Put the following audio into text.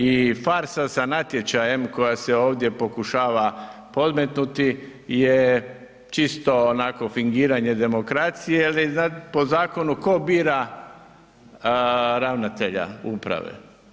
I farsa sa natječajem koja se ovdje pokušava podmetnuti je čisto onako fingiranje demokracije, ali po zakonu tko bira ravnatelja uprave?